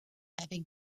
avec